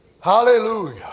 Hallelujah